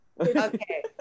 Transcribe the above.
Okay